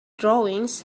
drawings